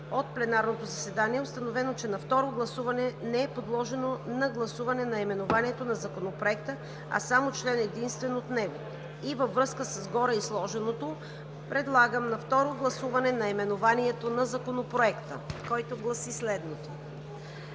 от пленарното заседание е установено, че на второ гласуване не е подложено на гласуване наименованието на Законопроекта, а само член единствен от него. Във връзка с гореизложеното подлагам на второ гласуване наименованието на Законопроекта, който гласи следното: